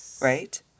right